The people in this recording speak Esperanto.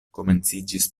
komenciĝis